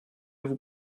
vous